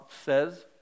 says